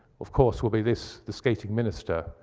of course, will be this, the skating minister,